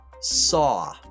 saw